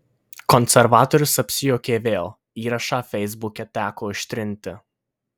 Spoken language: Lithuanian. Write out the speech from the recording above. konservatorius apsijuokė vėl įrašą feisbuke teko ištrinti